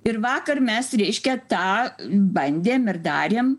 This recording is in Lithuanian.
ir vakar mes reiškia tą bandėm ir darėm